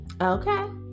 okay